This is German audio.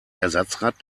ersatzrad